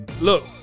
Look